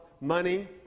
money